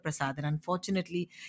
Unfortunately